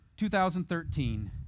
2013